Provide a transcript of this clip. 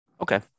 Okay